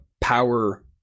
power